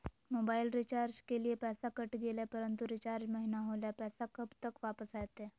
Mobile recharge के लिए पैसा कट गेलैय परंतु रिचार्ज महिना होलैय, पैसा कब तक वापस आयते?